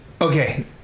Okay